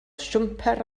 siwmper